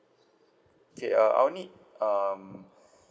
okay uh I'll need um